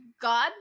god